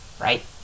right